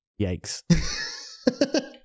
Yikes